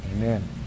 Amen